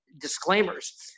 disclaimers